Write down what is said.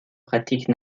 pratiques